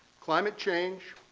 climate change,